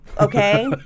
Okay